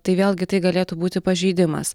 tai vėlgi tai galėtų būti pažeidimas